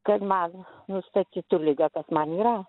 kad man nustatytų ligą kas man yra